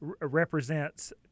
represents